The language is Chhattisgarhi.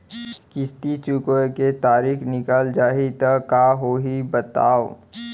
किस्ती चुकोय के तारीक निकल जाही त का होही बताव?